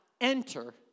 enter